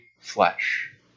flesh